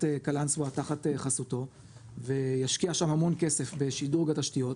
קלנסווה תחת חסותו וישקיע שם המון כסף בשדרוג התשתיות,